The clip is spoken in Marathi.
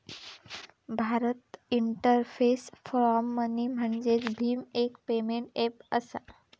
भारत इंटरफेस फॉर मनी म्हणजेच भीम, एक पेमेंट ऐप असा